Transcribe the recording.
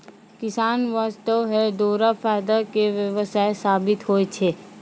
किसान वास्तॅ है दोहरा फायदा के व्यवसाय साबित होय छै